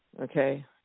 okay